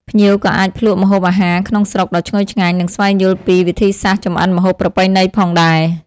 ភ្ញៀវក៏អាចភ្លក់ម្ហូបអាហារក្នុងស្រុកដ៏ឈ្ងុយឆ្ងាញ់ និងស្វែងយល់ពីវិធីសាស្រ្តចម្អិនម្ហូបប្រពៃណីផងដែរ។